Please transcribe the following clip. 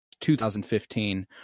2015